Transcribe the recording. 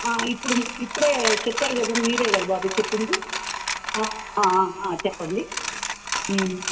ఇప్పుడు ఇప్పుడే చెప్పారు కదా మీరే కదా బాబు చెప్పింది చెప్పండి